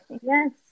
Yes